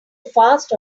fast